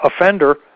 offender